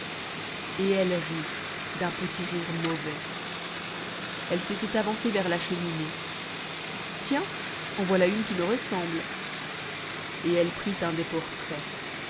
et elle rit d'un petit rire mauvais elle s'était avancée vers la cheminée tiens en voilà une qui me ressemble et elle prit un des portraits